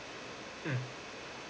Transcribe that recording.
mm